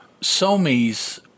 Somi's